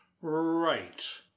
Right